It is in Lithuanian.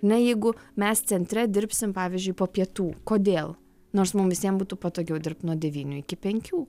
na jeigu mes centre dirbsim pavyzdžiui po pietų kodėl nors mum visiems būtų patogiau dirbti nuo devynių iki penkių